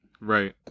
right